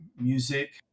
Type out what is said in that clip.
music